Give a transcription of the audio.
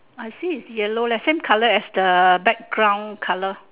I see is yellow leh same colour as the background colour